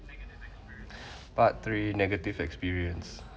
part three negative experience